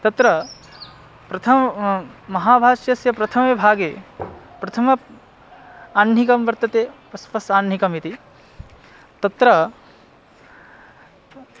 तत्र प्रथमं महाभाष्यस्य प्रथमे भागे प्रथमम् आह्निकं वर्तते पस्पशाह्निकमिति तत्र